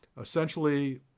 essentially